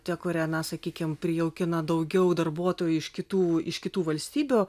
ta kuria na sakykim prijaukina daugiau darbuotojų iš kitų iš kitų valstybių